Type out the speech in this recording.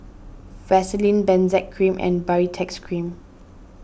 Vaselin Benzac Cream and Baritex Cream